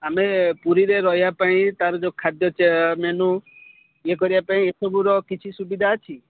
ଆମେ ପୁରୀରେ ରହିବା ପାଇଁ ତା'ର ଯେଉଁ ଖାଦ୍ୟ ମେନୁ ଇଏ କରିବା ପାଇଁ ଏସବୁର କିଛି ସୁବିଧା ଅଛି